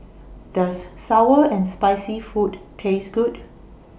Does Sour and Spicy Food Taste Good